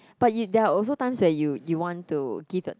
but you~ there are also times where you you want to give the